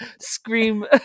scream